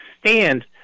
stand